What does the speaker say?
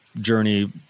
journey